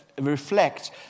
reflect